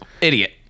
Idiot